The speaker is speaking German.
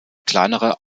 kleinere